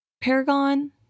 Paragon